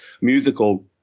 musical